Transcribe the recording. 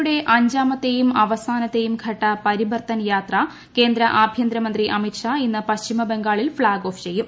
യുടെ അഞ്ചാമത്തേയും അവസാനത്തേയും ഘട്ട പരിബർത്തൻ യാത്ര കേന്ദ്ര ആഭ്യന്തരമന്ത്രി അമിത് ഷാ ഇന്ന് പശ്ചിമബംഗാളിൽ ഫ്ളാഗ് ഓഫ് ചെയ്യും